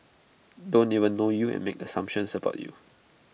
don't even know you and make assumptions about you